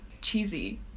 cheesy